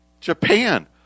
Japan